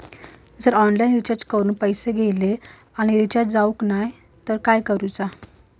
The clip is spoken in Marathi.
जर ऑनलाइन रिचार्ज करून पैसे गेले आणि रिचार्ज जावक नाय तर काय करूचा?